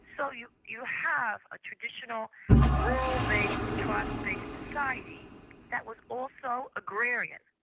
so you you have a traditional rurl-based, tribal-based society that was also agrarian.